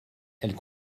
elles